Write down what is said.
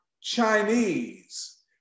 Chinese